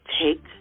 take